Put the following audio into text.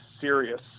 serious